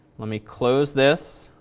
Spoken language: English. let me close this.